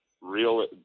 real